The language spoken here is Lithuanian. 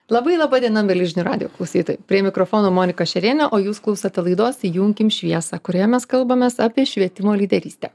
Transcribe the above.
labai laba diena mieli žinių radijo klausytojai prie mikrofono monika šerienė o jūs klausote laidos įjunkim šviesą kurioje mes kalbamės apie švietimo lyderystę